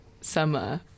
summer